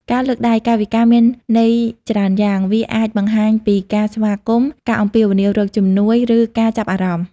ការលើកដៃ កាយវិការមានន័យច្រើនយ៉ាង វាអាចបង្ហាញពីការស្វាគមន៍ ការអំពាវនាវរកជំនួយ ឬការចាប់អារម្មណ៍។